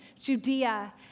Judea